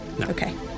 okay